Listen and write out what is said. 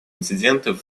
инциденты